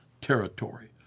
territory